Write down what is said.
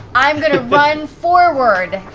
i'm going to run forward.